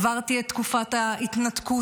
עברתי את תקופת ההתנתקות,